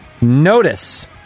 notice